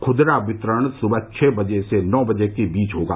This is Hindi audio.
खुदरा वितरण सुबह छः बजे से नौ बर्ज के बीच होगा